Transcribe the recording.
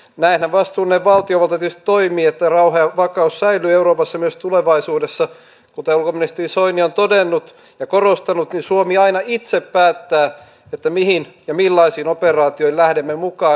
näinhän vastuullinen valtiovalta tietysti toimii että rauha ja vakaus säilyvät euroopassa myös tulevaisuudessa mutta ulkoministeri soini on todennut ja korostanut niin suomi aina itse päättää mihin ja millaisiin operaatioihin lähdemme mukaan